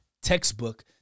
Textbook